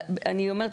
אני אומרת,